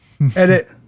edit